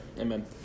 Amen